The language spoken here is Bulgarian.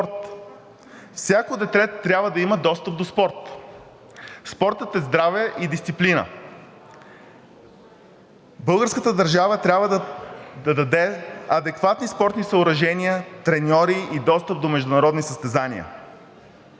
Всяко дете трябва да има достъп до спорт. Спортът е здраве и дисциплина. Българската държава трябва да даде адекватни спортни съоръжения, треньори и достъп до международни състезания.